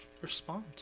respond